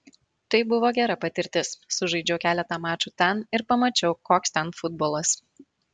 tai buvo gera patirtis sužaidžiau keletą mačų ten ir pamačiau koks ten futbolas